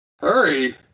Hurry